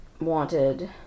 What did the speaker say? wanted